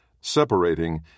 separating